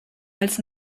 als